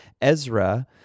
Ezra